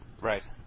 Right